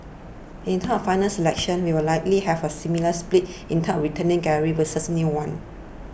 in terms final selection you will likely have a similar split in terms of returning galleries versus new ones